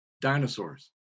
Dinosaurs